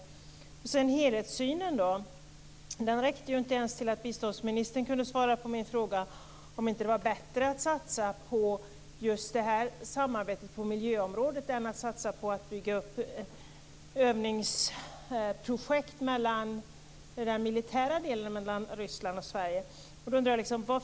När det gäller helhetssynen räcker det ju inte ens till för ett svar från biståndsministern på min fråga om det inte vore bättre att i det här samarbetet satsa på miljöområdet än att satsa på att bygga upp övningsprojekt i den militära delen mellan Ryssland och Sverige.